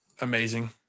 amazing